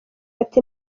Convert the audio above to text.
ati